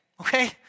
okay